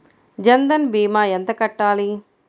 జన్ధన్ భీమా ఎంత కట్టాలి?